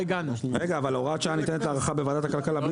רגע אבל הוראת שעה ניתנת להארכה בוועדת הכלכלה?